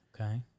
Okay